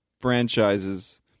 franchises